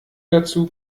dazu